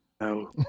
no